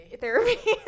Therapy